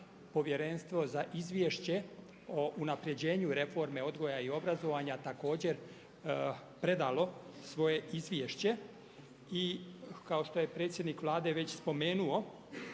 Povjerenstvo za izvješće o unapređenju reforme odgoja i obrazovanja također predalo svoje izvješće i kao što je predsjednik Vlade već spomenuo